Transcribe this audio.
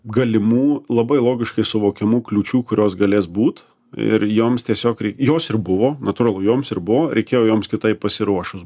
galimų labai logiškai suvokiamu kliūčių kurios galės būt ir joms tiesiog jos ir buvo natūralu joms ir buvo reikėjo joms kitaip pasiruošus